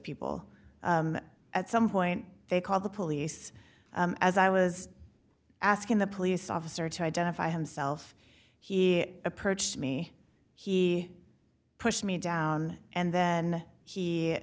people at some point they called the police as i was asking the police officer to identify himself he approached me he pushed me down and then he